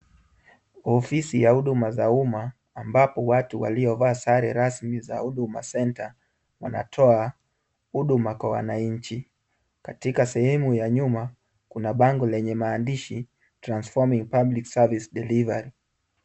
Ofisi ya huduma za umma, ambapo watu waliovaa sare rasmi za huduma centre wanatoa huduma kwa wananchi. Katika sehemu ya nyuma, kuna bango lenye maandishi transforming public service delivery .